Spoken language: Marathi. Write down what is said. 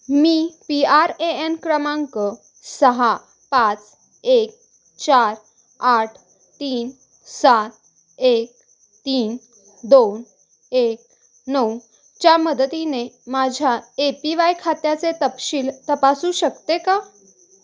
me P R A N क्रमांक सहा पाच एक चार आठ तीन सात एक तीन दोन एक नऊच्या मदतीने माझ्या ए पी वाय खात्याचे तपशील तपासू शकते का